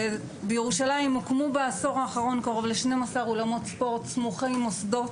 בירושלים הוקמו בעשור האחרון קרוב ל-12 אולמות ספורט סמוכי מוסדות,